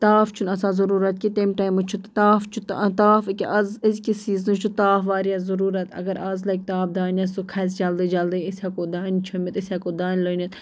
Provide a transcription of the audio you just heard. تاپھ چھُ نہٕ آسان ضروٗرَت کیٚنٛہہ تہِ تَمہِ ٹایمہِ چھُ تاپھ چھُ تاپھ کیاہ أزۍکِس سیٖزنَس چھُ تاپھ واریاہ ضروٗرت اگر اَز لَگہِ تاپھ دانٮ۪س سُہ کھسہِ جلدٕے جلدٕے أسۍ ہیٚکو دانہِ چھۄمبِتھ أسۍ ہیٚکو دانہِ لوٗننِتھ